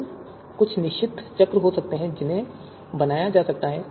तो कुछ निश्चित चक्र हो सकते हैं जिन्हें बनाया जा सकता है